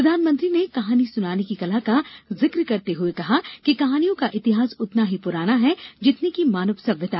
प्रधानमंत्री ने कहानी सुनाने की कला का जिक्र करते हुए कहा कि कहानियों का इतिहास उतना ही पुराना है जितनी कि मानव सभ्यता